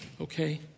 Okay